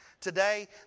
today